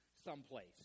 someplace